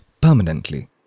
permanently